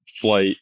flight